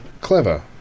clever